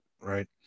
right